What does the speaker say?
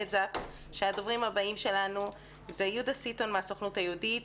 הדוברים הבאים שלנו יהיו: יהודה סטון מהסוכנות היהודית,